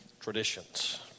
Traditions